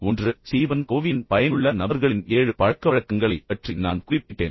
ஒன்று ஸ்டீபன் கோவியின் மிகவும் பயனுள்ள நபர்களின் ஏழு பழக்கவழக்கங்களைப் பற்றி நான் குறிப்பிட்டேன்